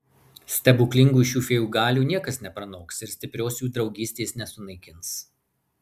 stebuklingų šių fėjų galių niekas nepranoks ir stiprios jų draugystės nesunaikins